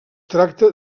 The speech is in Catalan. tracta